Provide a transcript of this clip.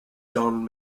don